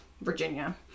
Virginia